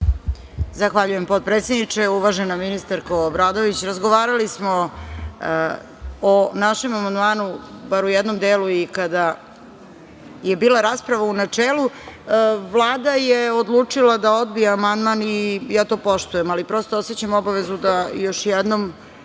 Zahvaljujem, potpredsedniče. Uvažena ministarko Obradović, razgovarali smo o našem amandmanu bar u jednom delu i kada je bila rasprava u načelu. Vlada je odlučila da odbije amandman i ja to poštujem, ali prosto osećam obavezu da još jednom